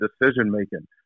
decision-making